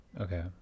Okay